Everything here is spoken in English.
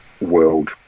world